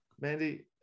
mandy